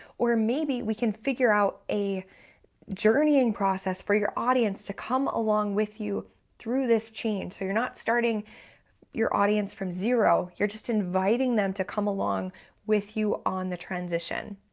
or maybe we can figure out a journeying process for your audience to come along with you through this change. so you're not starting your audience from zero, you're just inviting them to come along with you on the transition.